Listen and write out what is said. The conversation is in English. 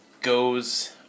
goes